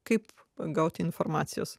kaip gauti informacijos